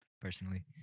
personally